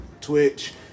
Twitch